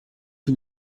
que